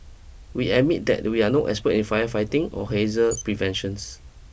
we admit that we are no expert in firefighting or hazel preventions